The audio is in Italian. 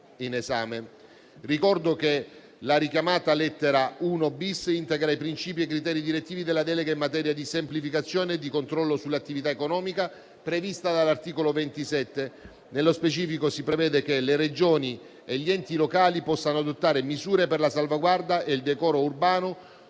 Ricordo che la richiamata lettera l-*bis* integra i princìpi e i criteri direttivi della delega in materia di semplificazione e di controllo sull'attività economica prevista dall'articolo 27. Nello specifico, si prevede che le Regioni e gli enti locali possano adottare misure per la salvaguarda e il decoro urbano